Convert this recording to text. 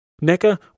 Necker